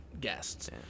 guests